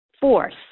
force